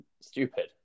stupid